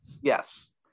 Yes